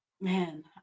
Man